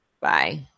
Bye